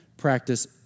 practice